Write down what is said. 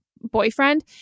boyfriend